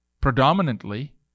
Predominantly